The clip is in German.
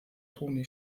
toni